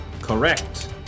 Correct